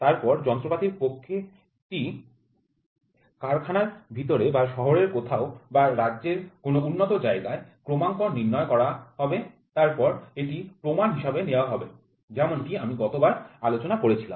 তারপরে যন্ত্রপাতির কক্ষ টি কারখানার ভিতরে বা শহরের কোথাও বা রাজ্যের কোনও উন্নত জায়গায় ক্রমাঙ্ক নির্ণয় করা হবে তারপরে এটি প্রমাণ হিসেবে নেওয়া হবে যেমনটি আমি গত বার আলোচনা করেছিলাম